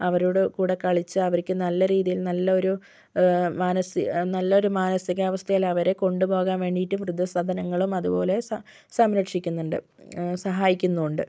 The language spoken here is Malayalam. അവരുടെ കൂടെ കളിച്ച് അവയ്ക്ക് നല്ല രീതിയിൽ നല്ലൊരു മനസ്സ് നല്ലൊരു മാനസികാവസ്ഥയിൽ അവരെ കൊണ്ടു പോകാൻ വേണ്ടിയിട്ട് വൃദ്ധസദനങ്ങളും അതുപോലെ സം സംരക്ഷിക്കുന്നുണ്ട് സഹായിക്കുന്നുമുണ്ട്